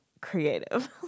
creative